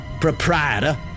proprietor